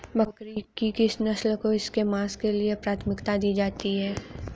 बकरी की किस नस्ल को इसके मांस के लिए प्राथमिकता दी जाती है?